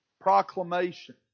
Proclamation